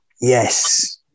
yes